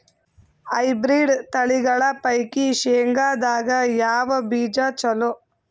Hybrid ತಳಿಗಳ ಪೈಕಿ ಶೇಂಗದಾಗ ಯಾವ ಬೀಜ ಚಲೋ?